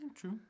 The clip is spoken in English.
True